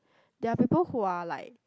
there are people who are like